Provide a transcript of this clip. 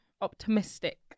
Optimistic